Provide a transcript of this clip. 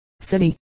City